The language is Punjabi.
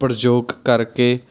ਪ੍ਰਯੋਗ ਕਰਕੇ